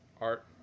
art